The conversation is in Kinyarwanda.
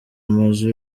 amazu